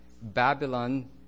Babylon